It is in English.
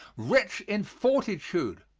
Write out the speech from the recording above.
rich in fortitude,